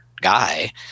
guy